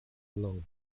long